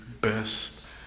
best